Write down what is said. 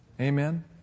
Amen